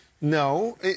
No